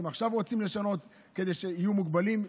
אם עכשיו רוצים לשנות כדי שיהיו מוגבלים,